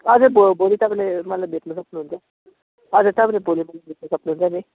आज भोलि तपाईँले मलाई भेट्नु सक्नुहुन्छ हजुर तपाईँले भोलि मलाई भेट्नु सक्नुहुन्छ नि